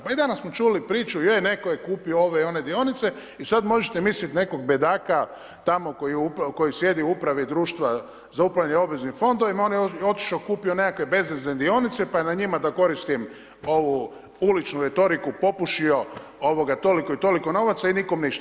Pa i danas smo čuli priču, je netko je kupio ove i one dionice i sad možete misliti nekog bedaka tamo koji sjedi u upravi društva za upravljanje o obveznim fondovima, on je otišao, kupio nekakve bezvezne dionice pa je na njim da koristim ovu uličnu retoriku „popušio“ toliko i toliko novaca i nikome ništa.